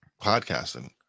podcasting